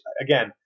again